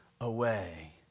Away